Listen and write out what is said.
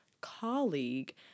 colleague